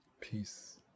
peace